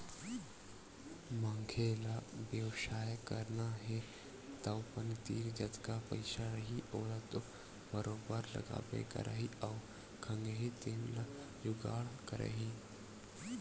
मनखे ल बेवसाय करना हे तअपन तीर जतका पइसा रइही ओला तो बरोबर लगाबे करही अउ खंगही तेन ल जुगाड़ करही